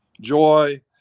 joy